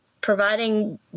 providing